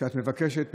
כשאת מבקשת,